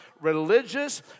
religious